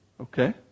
Okay